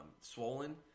swollen